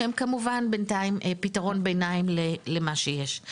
שהם כמובן בינתיים פתרון בינתיים למה שיש.